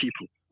people